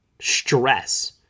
stress